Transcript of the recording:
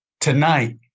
Tonight